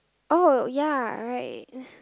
oh ya right